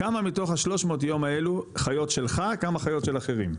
כמה מתוך ה-300 יום האלו חיות שלך כמה של אחרים?